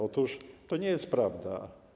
Otóż to nie jest prawda.